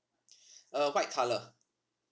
uh white colour